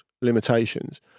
limitations